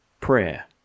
prayer